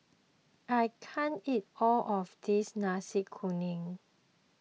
I can't eat all of this Nasi Kuning